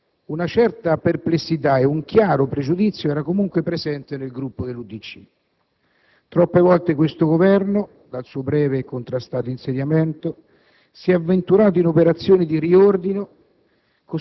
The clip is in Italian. Una certa perplessità ed un chiaro pregiudizio erano comunque presenti nel Gruppo dell'UDC: troppe volte questo Governo dal suo breve e contrastato insediamento si è avventurato in operazioni di riordino,